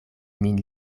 min